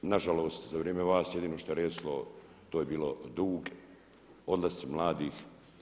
Nažalost, za vrijeme vas jedino što je raslo to je bio dug, odlasci mladih.